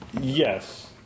Yes